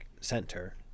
Center